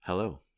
Hello